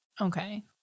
okay